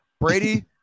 Brady